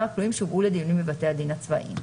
הכלואים שהובאו לדיונים בבתי הדין הצבאיים.